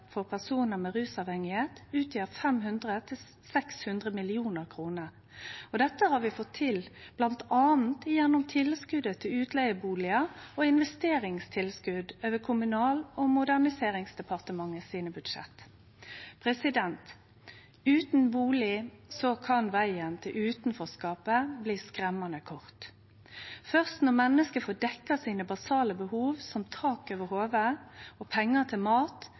for personar med rusavhengigheit utgjer 500–600 mill. kr. Dette har vi fått til bl.a. gjennom tilskotet til utleigebustader og investeringstilskot over Kommunal- og moderniseringsdepartementet sine budsjett. Utan bustad kan vegen til utanforskapet bli skremmande kort. Først når menneske får dekt dei basale behova sine, som tak over hovudet og pengar til mat,